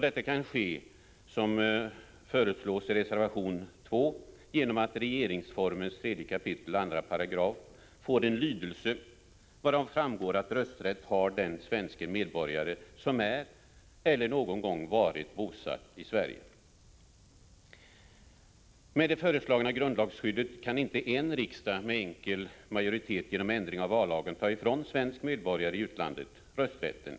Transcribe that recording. Detta kan ske, som föreslås i reservation 2, genom att regeringsformens 3 kap. 2§ får en lydelse varav framgår att rösträtt har den svenske medborgare som är eller någon gång varit bosatt i Sverige. Med det föreslagna grundlagsskyddet kan inte en riksdag med enkel majoritet genom ändring av vallagen i praktiken ta ifrån svensk medborgare i utlandet rösträtten.